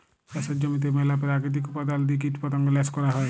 চাষের জমিতে ম্যালা পেরাকিতিক উপাদাল দিঁয়ে কীটপতঙ্গ ল্যাশ ক্যরা হ্যয়